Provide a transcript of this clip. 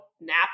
nap